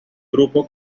grupo